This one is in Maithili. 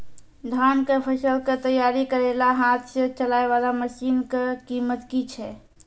धान कऽ फसल कऽ तैयारी करेला हाथ सऽ चलाय वाला मसीन कऽ कीमत की छै?